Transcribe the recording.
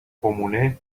comune